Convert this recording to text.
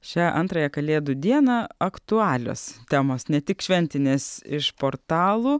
šią antrąją kalėdų dieną aktualios temos ne tik šventinės iš portalų